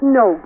no